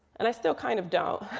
and i still kind of don't.